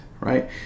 right